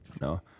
No